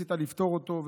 וניסית לפתור אותו,